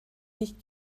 nicht